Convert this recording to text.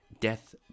death